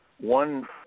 one